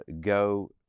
go